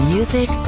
Music